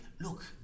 look